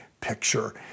picture